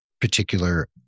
particular